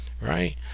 right